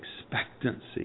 expectancy